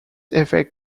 effect